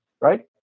right